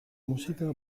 música